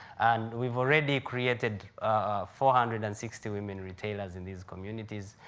and we've already created four hundred and sixty women retailers in these communities.